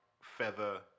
Feather